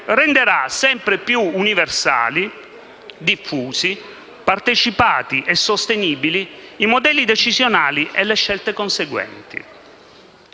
renderà sempre più universali, diffusi, partecipati e sostenibili i modelli decisionali e le scelte conseguenti.